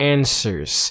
Answers